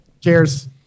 Cheers